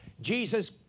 Jesus